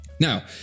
Now